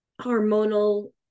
hormonal